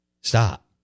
stop